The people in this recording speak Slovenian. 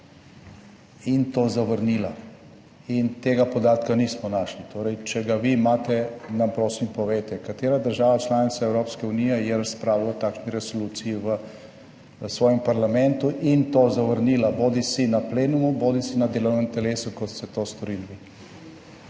in to zavrnila in tega podatka nismo našli. Torej, če ga vi imate, nam prosim povejte, katera država članica Evropske unije je razpravljala o takšni resoluciji v svojem parlamentu in to zavrnila bodisi na plenumu bodisi na delovnem telesu, kot ste to storili vi.